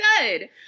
good